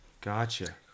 gotcha